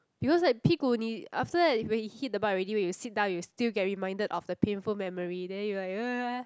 because like 屁股你 after that when he hit the butt already you sit down you still can reminded of the painful memory that you'll like